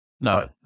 No